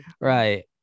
right